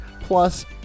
plus